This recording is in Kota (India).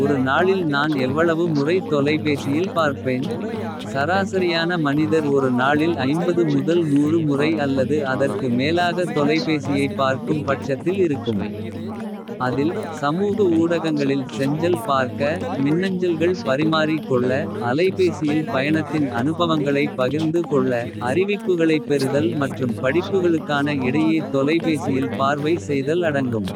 ஒரு நாளில் நான் எவ்வளவு முறை தொலைபேசியில் பார்ப்பேன். சராசரியான மனிதர் ஒரு நாளில முதல். முறை அல்லது அதற்கு மேலாக தொலைபேசியைப் பார்க்கும். பட்சத்தில் இருக்கும் அதில் சமூக ஊடகங்களில் செஞ்சல் பார்க்க. மின்னஞ்சல்கள் பரிமாறி கொள்ள அலைபேசியில். பயணத்தின் அனுபவங்களை பகிர்ந்து கொள்ள. அறிவிப்புகளைப் பெறுதல் மற்றும் படிப்புகளுக்கான. இடையே தொலைபேசியில் பார்வை செய்தல் அடங்கும்.